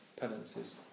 penances